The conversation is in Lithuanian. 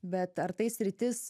bet ar tai sritis